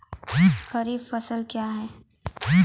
खरीफ फसल क्या हैं?